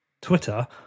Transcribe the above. Twitter